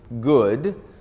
good